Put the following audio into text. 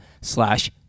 slash